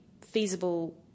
feasible